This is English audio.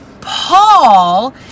Paul